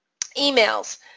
emails